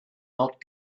not